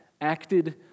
acted